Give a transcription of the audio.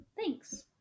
Thanks